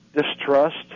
distrust